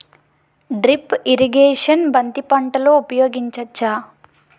Drip irrigation బంతి పంటలో ఊపయోగించచ్చ?